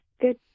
Good